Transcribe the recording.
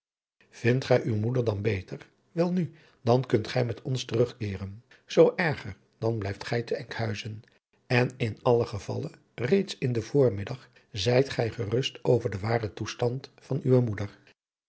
vindt gij uw moeder dan beter welnu dan kunt gij met ons terugkeeren zoo erger dan blijft gij te enkhuizen en in allen gevalle reeds in den voormiddag zijt gij geadriaan loosjes pzn het leven van hillegonda buisman rust over den waren toestand van uwe moeder